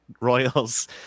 Royals